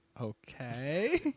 Okay